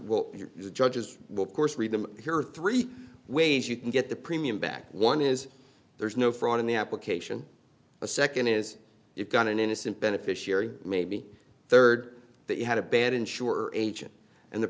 well your judges will course read them here are three ways you can get the premium back one is there's no fraud in the application a second is you've got an innocent beneficiary maybe third that you had a bad insurer agent and the